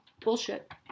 bullshit